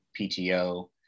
PTO